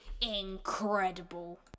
incredible